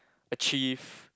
achieve